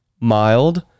Mild